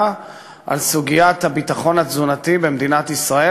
על סוגיית הביטחון התזונתי במדינת ישראל.